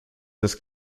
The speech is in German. des